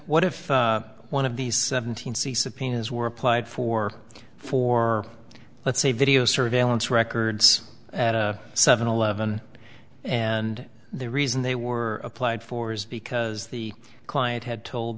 what if one of these seven hundred c e subpoenas were applied for for let's say video surveillance records at seven eleven and the reason they were applied for is because the client had told